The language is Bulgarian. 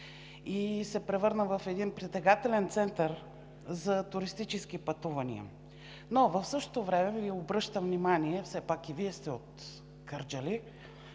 и се превърна в притегателен център за туристически пътувания. Но в същото време Ви обръщам внимание – все пак и Вие сте от Кърджали,